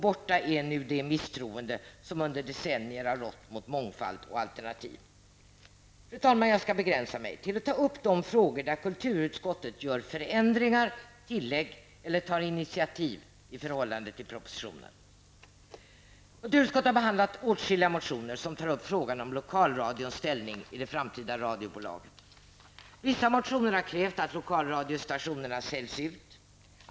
Borta är nu det misstroende som under decennier har rått mot mångfald och alternativ. Fru talman! Jag skall begränsa mig till att ta upp de frågor där kulturutskottet gör förändringar, tillägg eller tar initiativ i förhållande till propositionen. Kulturutskottet har behandlat åtskilliga motioner som tar upp frågan om lokalradions ställning i det framtida radiobolaget. Vissa motionärer har krävt att lokalradiostationerna säljs ut.